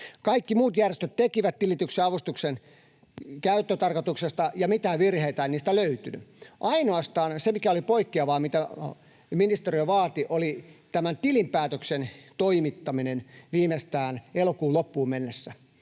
Kaikki muut järjestöt tekivät tilityksen avustuksen käyttötarkoituksesta, ja mitään virheitä ei niistä löytynyt. Ainoastaan se, mikä oli poikkeavaa, mitä ministeriö vaati, oli tämän tilinpäätöksen toimittaminen viimeistään elokuun loppuun mennessä.